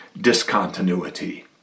discontinuity